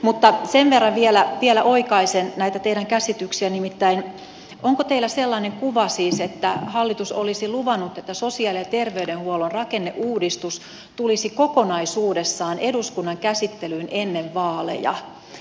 mutta sen verran vielä oikaisen näitä teidän käsityksiänne nimittäin onko teillä siis sellainen kuva että hallitus olisi luvannut että sosiaali ja terveydenhuollon rakenneuudistus tulisi kokonaisuudessaan eduskunnan käsittelyyn ennen vaaleja